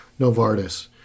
Novartis